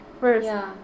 first